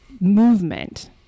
movement